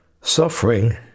Suffering